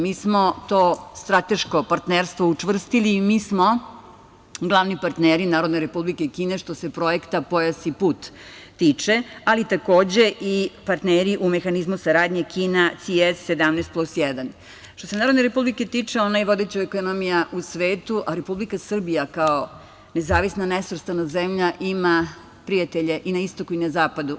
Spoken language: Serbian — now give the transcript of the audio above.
Mi smo to strateško partnerstvo učvrstili i mi smo glavni partneri Narodne Republike Kine, što se projekta „Pojas i put“ tiče, ali takođe i partneri u mehanizmu saradnje Kina CS 17+1. Što se Narodne Republike tiče, ona je vodeća ekonomija u svetu, a Republika Srbija, kao nezavisna i nesvrstana zemlja, ima prijatelje i na istoku i na zapadu.